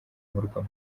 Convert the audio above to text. murwa